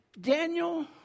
Daniel